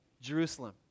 Jerusalem